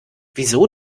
wieso